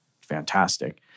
fantastic—